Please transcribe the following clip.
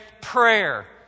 prayer